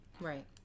Right